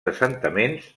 assentaments